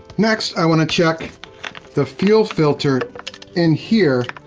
next, i wanna check the fuel filter in here.